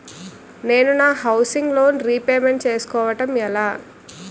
నేను నా housing loan repayment చేసుకోవటం ఎలా?